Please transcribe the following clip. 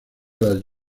las